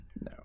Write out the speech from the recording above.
No